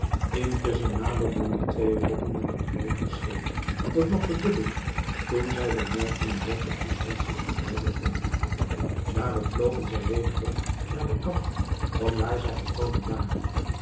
intusschen naderden de twee rokken met een groot geschreeuw dat nog verdubbelde toen zij bemerkten in welken toestand zich het ei bevond daarop vlogen zij weder weg naar den kant van waar zij gekomen waren